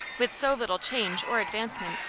with so little change or advancement,